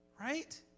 Right